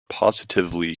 positively